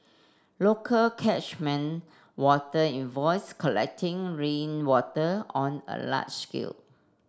local catchment water invoice collecting rainwater on a large scale